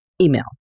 email